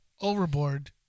Overboard